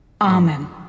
Amen